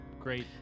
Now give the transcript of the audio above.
Great